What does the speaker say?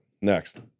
Next